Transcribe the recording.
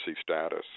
status